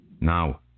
Now